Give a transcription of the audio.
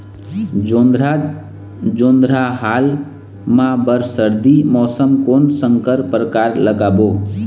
जोंधरा जोन्धरा हाल मा बर सर्दी मौसम कोन संकर परकार लगाबो?